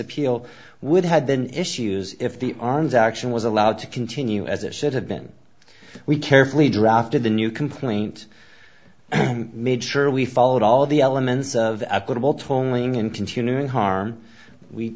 appeal would had been issues if the arms action was allowed to continue as it should have been we carefully drafted the new complaint made sure we followed all the elements of a credible tolling and continuing harm we